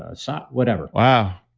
ah so whatever wow.